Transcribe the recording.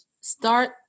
Start